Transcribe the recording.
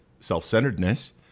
self-centeredness